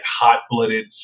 hot-blooded